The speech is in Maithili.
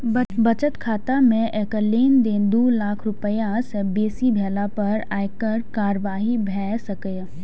बचत खाता मे एकल लेनदेन दू लाख रुपैया सं बेसी भेला पर आयकर कार्रवाई भए सकैए